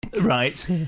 Right